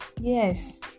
Yes